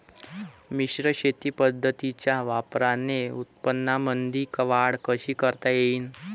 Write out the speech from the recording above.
मिश्र शेती पद्धतीच्या वापराने उत्पन्नामंदी वाढ कशी करता येईन?